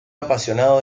apasionado